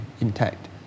intact